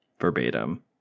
verbatim